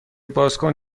بازکن